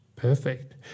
Perfect